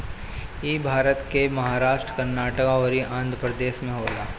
इ भारत के महाराष्ट्र, कर्नाटक अउरी आँध्रप्रदेश में होला